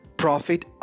Profit